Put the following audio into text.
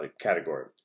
category